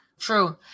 True